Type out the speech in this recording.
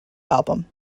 album